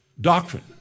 doctrine